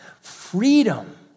freedom